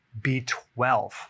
b12